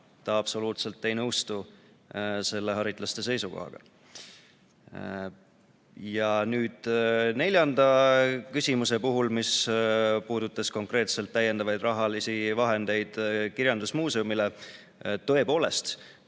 ta absoluutselt ei nõustu selle haritlaste seisukohaga. Neljanda küsimuse puhul, mis puudutas konkreetselt täiendavaid rahalisi vahendeid kirjandusmuuseumile, me tõepoolest